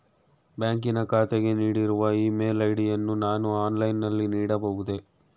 ಬ್ಯಾಂಕಿನ ಖಾತೆಗೆ ನೀಡಿರುವ ಇ ಮೇಲ್ ಐ.ಡಿ ಯನ್ನು ನಾನು ಆನ್ಲೈನ್ ನಲ್ಲಿ ನೀಡಬಹುದೇ?